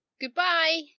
Goodbye